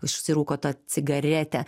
užsirūko tą cigaretę